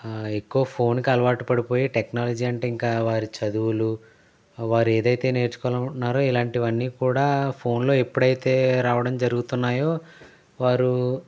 ఎక్కువ ఫోన్ కు అలవాటు పడిపోయి టెక్నాలజీ అంటే ఇంకా వారి చదువులు వారు ఏదైతే నేర్చుకోవాలి అనుకుంటున్నారో ఇలాంటివన్నీ కూడా ఫోన్ లో ఎప్పుడైతే రావడం జరుగుతున్నాయో వారు